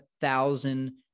thousand